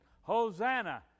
Hosanna